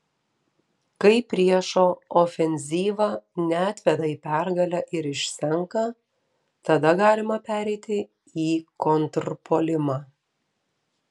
kai priešo ofenzyva neatveda į pergalę ir išsenka tada galima pereiti į kontrpuolimą